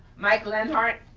mike lenhart?